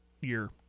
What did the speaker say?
year